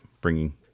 bringing